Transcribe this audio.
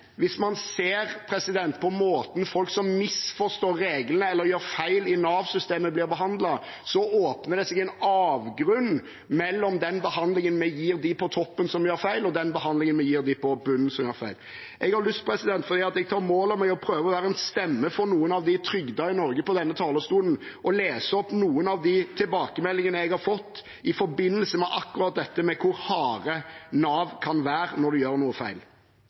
hvis man ser på måten folk som misforstår reglene eller gjør feil i Nav-systemet, blir behandlet, åpner det seg en avgrunn mellom den behandlingen vi gir til dem på toppen som gjør feil, og den behandlingen vi gir til dem på bunnen som gjør feil. Jeg har lyst til – for jeg tar mål av meg til å prøve å være en stemme for noen av de trygdede i Norge på denne talerstolen – å lese opp noen av de tilbakemeldingene jeg har fått i forbindelse med akkurat dette med hvor harde Nav kan være når man gjør noe feil.